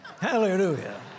Hallelujah